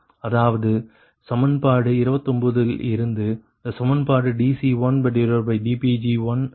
அதாவது சமன்பாடு 29 இல் இருந்து இந்த சமன்பாடு dC1dPg1 λ0 ஆகும்